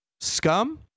scum